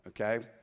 okay